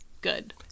good